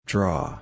Draw